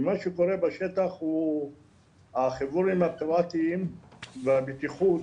כי מה שקורה בשטח הוא החיבורים הפירטיים בבטיחות,